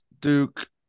Duke